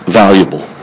valuable